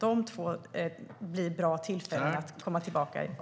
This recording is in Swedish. Det är två bra tillfällen att komma tillbaka till.